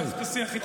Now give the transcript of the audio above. די.